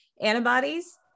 antibodies